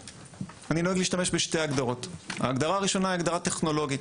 אני נוהג להשתמש בשתי הגדרות: ההגדרה הראשונה היא הגדרה טכנולוגית,